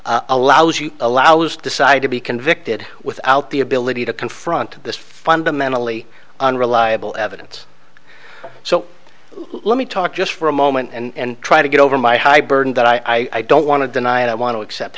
e allows you a lousy decide to be convicted without the ability to confront this fundamentally unreliable evidence so let me talk just for a moment and try to get over my high burden that i don't want to deny and i want to accept